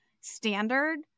standard